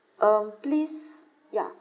um please ya